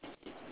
ya